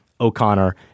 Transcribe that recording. O'Connor